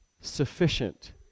sufficient